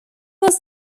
was